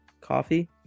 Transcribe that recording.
coffee